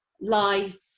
life